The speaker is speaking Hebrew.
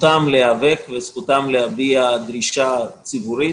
זכותם להיאבק ולהביע דרישה ציבורית,